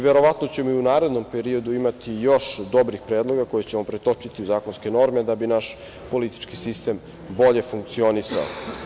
Verovatno ćemo i u narednom periodu imati još dobrih predloga koje ćemo pretočiti u zakonske norme da bi naš politički sistem bolje funkcionisao.